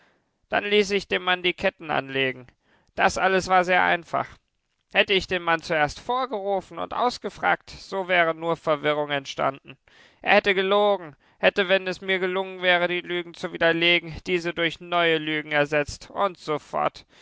dann ließ ich dem mann die ketten anlegen das alles war sehr einfach hätte ich den mann zuerst vorgerufen und ausgefragt so wäre nur verwirrung entstanden er hätte gelogen hätte wenn es mir gelungen wäre die lügen zu widerlegen diese durch neue lügen ersetzt und so